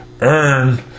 earn